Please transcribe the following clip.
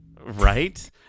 Right